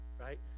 right